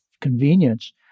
convenience